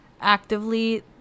actively